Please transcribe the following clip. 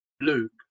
Luke